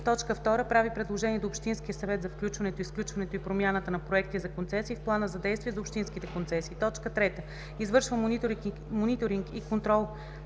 2. прави предложения до общинския съвет за включването, изключването и промяната на проекти за концесии в плана за действие за общинските концесии; 3. извършва мониторинг и контрол